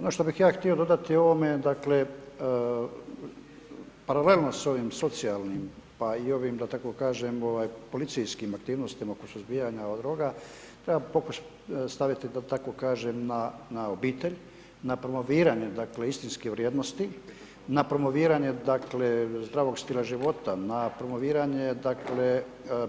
Ono što bih ja htio dodati ovome dakle paralelno s ovim socijalnim, pa i ovim da tako kažem policijskim aktivnostima oko suzbijanja droga treba staviti da tako kažem na obitelj, na promoviranje dakle istinske vrijednosti, na promoviranje dakle zdravog stila života, na promoviranje dakle